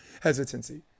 hesitancy